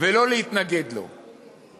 ולא להתנגד לו.